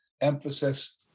emphasis